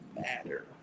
matter